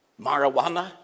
marijuana